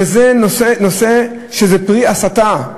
שזה פרי ההסתה,